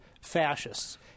fascists